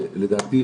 לדעתי,